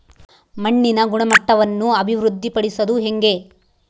ಮಣ್ಣಿನ ಗುಣಮಟ್ಟವನ್ನು ಅಭಿವೃದ್ಧಿ ಪಡಿಸದು ಹೆಂಗೆ?